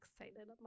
excited